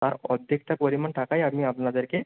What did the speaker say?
তার অর্ধেকটা পরিমাণ টাকাই আপনি আপনাদেরকে